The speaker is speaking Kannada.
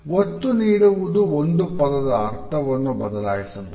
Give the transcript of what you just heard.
ಒತ್ತು ನೀಡುವುದು ಒಂದು ಪದದ ಅರ್ಥವನ್ನು ಬದಲಾಯಿಸಬಹುದು